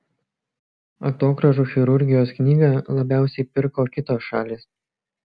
atogrąžų chirurgijos knygą labiausiai pirko kitos šalys